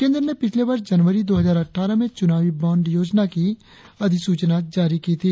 केंद्र ने पिछले वर्ष जनवरी दो हजार अट्ठारह में चुनावी बाँड योजना की अधिसूचना जारी की थी